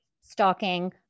stalking